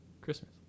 Christmas